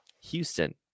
Houston